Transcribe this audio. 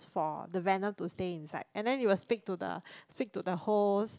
for the Venom to stay inside and then it will speak to the speak to the host